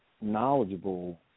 knowledgeable